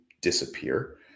disappear –